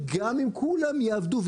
גם אם כולם יעבדו,